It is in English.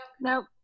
Nope